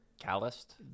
calloused